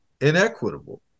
inequitable